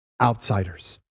outsiders